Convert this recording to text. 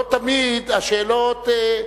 לא תמיד השאלות,